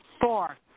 Four